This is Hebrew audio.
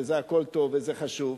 וזה הכול טוב, וזה חשוב.